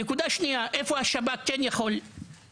נקודה נוספת היא בנוגע לאיפה שהשב״כ כן יכול להתערב.